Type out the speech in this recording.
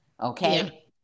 okay